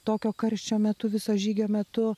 tokio karščio metu viso žygio metu